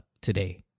today